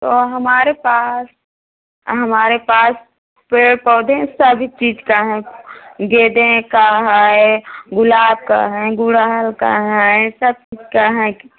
तो हमारे पास हमारे पास पेड़ पौधे सभी चीज़ का है गेंदे का है गुलाब का है गुलहड़ का है सब चीज़ का है